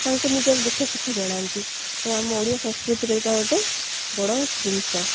ତାଙ୍କୁ ନିଜର ଦୁଃଖ ସୁଖ ଜଣାନ୍ତି ତ ଆମ ଓଡ଼ିଆ ସଂସ୍କୃତିରେ ଏଇଟା ଗୋଟେ ବଡ଼ ଜିନିଷ